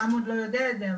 רם עוד לא יודע את זה,